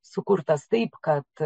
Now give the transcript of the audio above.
sukurtas taip kad